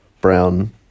brown